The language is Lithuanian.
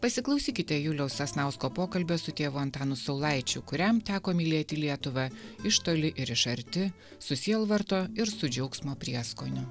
pasiklausykite juliaus sasnausko pokalbio su tėvu antanu saulaičiu kuriam teko mylėti lietuvą iš toli ir iš arti su sielvarto ir su džiaugsmo prieskoniu